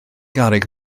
garreg